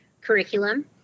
curriculum